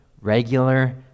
regular